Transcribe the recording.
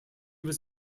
was